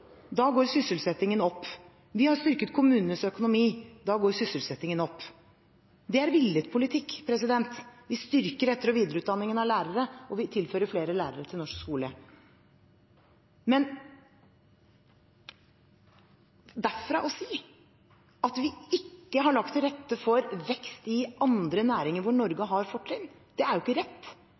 Da går sysselsettingen opp. Vi har styrket kommunenes økonomi. Da går sysselsettingen opp. Det er villet politikk. Vi styrker etter- og videreutdanningen av lærere, og vi tilfører flere lærere til norsk skole. Men derfra til å si at vi ikke har lagt til rette for vekst i andre næringer hvor Norge har fortrinn, er jo ikke rett.